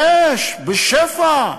"יש, בשפע".